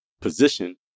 position